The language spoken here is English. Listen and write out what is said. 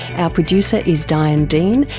our producer is diane dean,